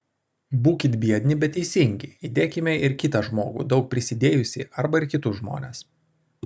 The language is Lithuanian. būkit biedni bet teisingi įdėkime ir kitą žmogų daug prisidėjusį arba ir kitus žmones